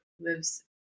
lives